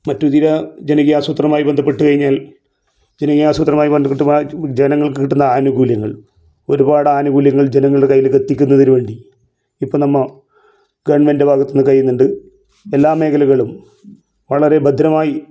മറ്റു ചില ജനകീയ ആസൂത്രമായി ബന്ധപ്പെട്ട് കഴിഞ്ഞാൽ ജനകീയ അസ്സൂത്രമായി ബന്ധപ്പെട്ട് ജനങ്ങൾക്ക് കിട്ടുന്ന ആന്കൂല്യങ്ങൾ ഒരുപാട് ആനുകൂല്യങ്ങൾ ജനങ്ങളുടെ കൈയ്യിലേക്കെത്തിയ്ക്കുന്നതിന് വേണ്ടി ഇപ്പം നമ്മുടെ ഗെവൺമൻട് ഭാഗത്ത് നിന്ന് കഴിയുന്നുണ്ട് എല്ലാ മേഘലകളും വളരെ ഭദ്രമായി